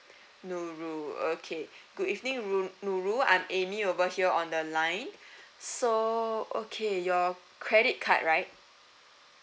nurul okay good evening rul~ nurul I'm amy over here on the line so okay your credit card right